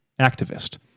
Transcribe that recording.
activist